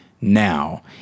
now